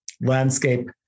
landscape